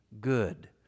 good